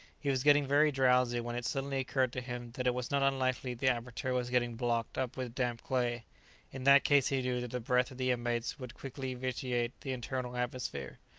he was getting very drowsy when it suddenly occurred to him that it was not unlikely the aperture was getting blocked up with damp clay in that case he knew that the breath of the inmates would quickly vitiate the internal atmosphere.